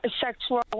sexual